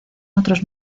otros